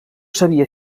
sabia